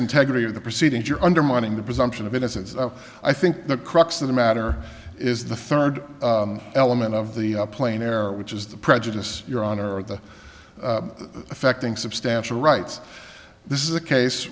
integrity of the proceedings you're undermining the presumption of innocence i think the crux of the matter is the third element of the plain error which is the prejudice your honor at the affecting substantial rights this is a case